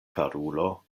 karulo